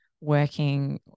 working